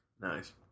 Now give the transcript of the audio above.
Nice